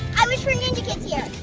i wish for ninja kidz here!